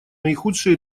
наихудший